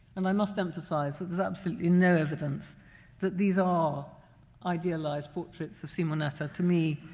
and i must emphasize that there's absolutely no evidence that these are idealized portraits of simonetta. to me,